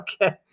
Okay